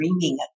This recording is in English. dreaming